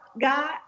god